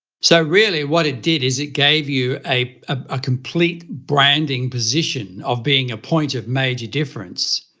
so, really, what it did is it gave you a a complete branding position of being a point of major difference.